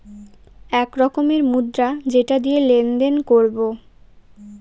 এক রকমের মুদ্রা যেটা দিয়ে লেনদেন করবো